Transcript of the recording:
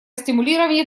стимулирования